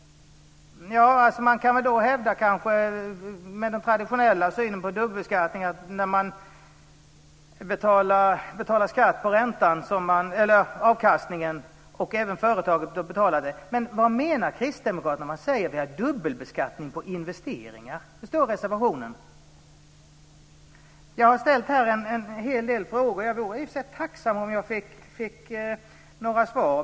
Man kan kanske med den traditionella synen på dubbelbeskattning hävda att företag betalar skatt på avkastningen. Men vad menar kristdemokraterna när man säger att vi har dubbelbeskattning på investeringar? Det står i reservationen. Jag har här ställt en hel del frågor. Jag vore i och för sig tacksam om jag fick några svar.